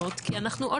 הללו